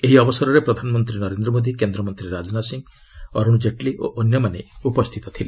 ଏହି ଅବସରରେ ପ୍ରଧାନମନ୍ତ୍ରୀ ନରେନ୍ଦ୍ର ମୋଦି କେନ୍ଦ୍ରମନ୍ତ୍ରୀ ରାଜନାଥ ସିଂ ଅରୁଣ ଜେଟ୍ଲୀ ଓ ଅନ୍ୟମାନେ ଉପସ୍ଥିତ ଥିଲେ